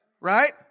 right